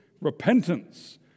repentance